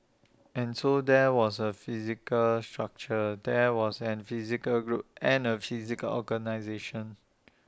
and so there was A physical structure there was an physical group and A physical organisation